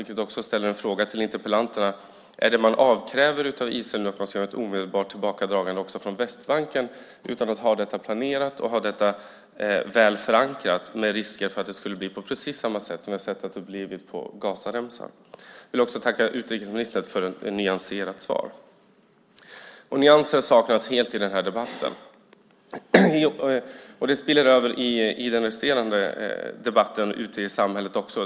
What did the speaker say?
Det föranleder en fråga till interpellanterna: Avkräver man nu av Israel ett omedelbart tillbakadragande också från Västbanken, utan att det är planerat och väl förankrat, med risk för att det blir på samma sätt som det blivit på Gazaremsan? Jag vill tacka utrikesministern för ett nyanserat svar. I övrigt saknar debatten helt nyanser, vilket spiller över i debatten ute i samhället.